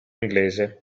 inglese